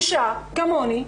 אישה כמוני,